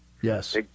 Yes